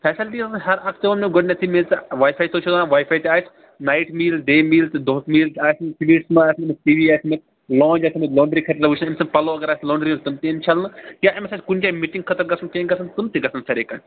facility حظ چھِ ہَر ہر سُہ ووٚن مےٚ گۄڈنیٚتھٕے مےٚ تُہۍ واے فاے تُہۍ چھِو ونان واے فاے تہِ آسہِ نایِٹ میٖل ڈے میٖل تہٕ دۅہُک میٖل تہِ آسہِ سُویٖٹِس منٛز آسہِ ٹی وی آسہِ لانٛج آسہِ أمِس لانٛڈری خٲطرٕ وِچَھان سُہ پَلٕو اگر آسہِ لانٛڈری سٍتیٚن یِن چھَلنہٕ یا أمَس آسہِ کُنہِ جایہِ مِٹِنٛگ خٲطرٕ گَژھُن تٔم تہِ گَژھَن تُم تہِ گژھَن ساریٚے کامہِ